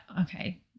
okay